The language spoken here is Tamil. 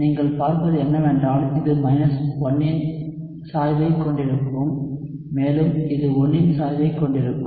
நீங்கள் பார்ப்பது என்னவென்றால் இது -1 இன் சாய்வைக் கொண்டிருக்கும் மேலும் இது 1 சாய்வைக் கொண்டிருக்கும்